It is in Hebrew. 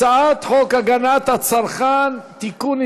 הצעת חוק הגנת הצרכן (תיקון,